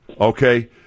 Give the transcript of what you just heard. Okay